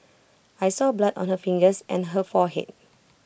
I saw blood on her fingers and her forehead